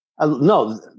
No